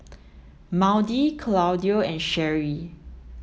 Maudie Claudio and Sherree